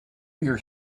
your